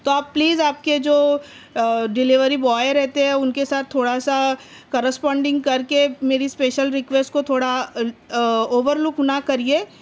تو آپ پلیز آپ کے جو ڈیلیوری بوائے رہتے ہیں ان کے ساتھ تھوڑا سا کرسپونڈنگ کر کے میری اسپیشل ریکویسٹ کو تھوڑا اوور لک نہ کریے